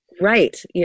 Right